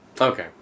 Okay